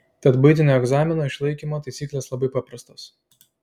tad buitinio egzamino išlaikymo taisyklės labai paprastos